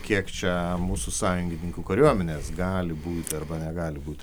kiek čia mūsų sąjungininkų kariuomenės gali būti arba negali būt